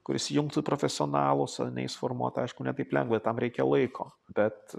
kuris jungtų profesionalus ar ne jį suformuot aišku ne taip lengva tam reikia laiko bet